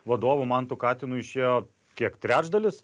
vadovu mantu katinu išėjo kiek trečdalis